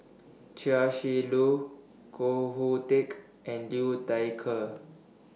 Chia Shi Lu Koh Hoon Teck and Liu Thai Ker